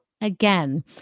again